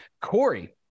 Corey